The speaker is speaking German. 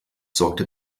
sorgte